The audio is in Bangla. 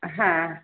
হ্যাঁ